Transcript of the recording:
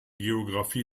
geografie